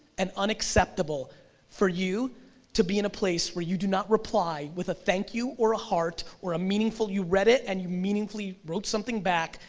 and unacceptable for you to be in a place where you do not reply with a thank you, or a heart or a meaningful you read it, and you meaningfully wrote something back,